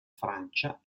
francia